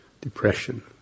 Depression